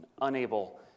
unable